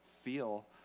feel